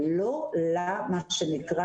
לא למה שנקרא